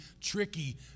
tricky